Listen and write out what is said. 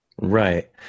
Right